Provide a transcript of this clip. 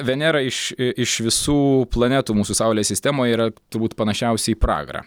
venera iš iš visų planetų mūsų saulės sistemoj yra turbūt panašiausia į pragarą